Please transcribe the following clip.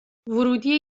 ورودی